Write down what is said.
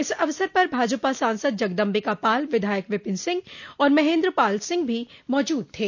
इस अवसर पर भाजपा सांसद जगदम्बिका पाल विधायक विपिन सिंह और महेन्द्र पाल सिंह भी मौजूद थे